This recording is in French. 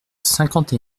cinquante